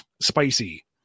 spicy